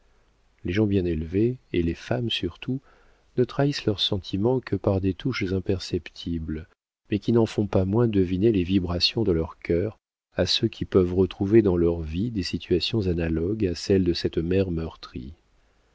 les gens bien élevés et les femmes surtout ne trahissent leurs sentiments que par des touches imperceptibles mais qui n'en font pas moins deviner les vibrations de leurs cœurs à ceux qui peuvent retrouver dans leur vie des situations analogues à celle de cette mère meurtrie